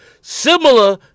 similar